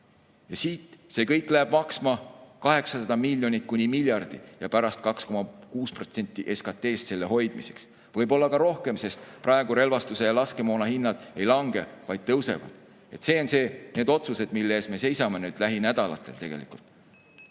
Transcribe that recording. See kõik läheb maksma 800 miljonit kuni 1 miljardit ja pärast 2,6% SKT-st selle hoidmiseks, võib-olla ka rohkem, sest praegu relvastuse ja laskemoona hinnad ei lange, vaid tõusevad. Nii et need on need otsused, mille ees me seisame lähinädalatel.